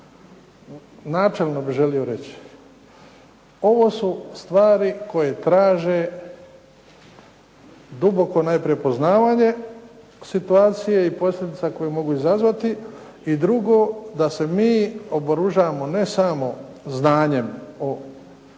Načelno bih želio reći. Ovo su stvari koje traže duboko najprije poznavanje situacije i posljedica koje mogu izazvati. I drugo, da se mi oboružamo ne samo znanjem o ovim